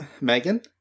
Megan